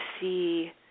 see